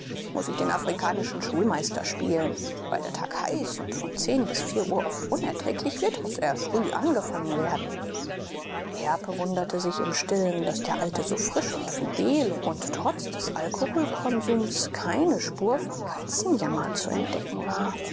muß ich den afrikanischen schulmeister spielen weil der tag heiß und von zehn bis vier uhr oft unerträglich wird muß er früh angefangen werden erb wunderte sich im stillen daß der alte so frisch und fidel und trotz des alkoholkonsums keine spur von katzenjammer zu entdecken war